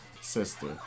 sister